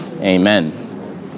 amen